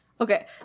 okay